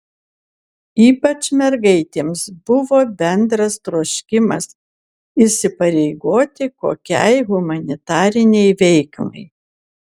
ypač mergaitėms buvo bendras troškimas įsipareigoti kokiai humanitarinei veiklai